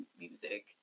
music